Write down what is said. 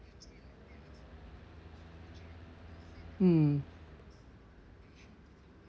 mm